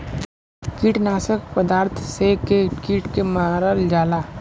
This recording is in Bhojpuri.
कीटनाशक पदार्थ से के कीट के मारल जाला